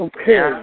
Okay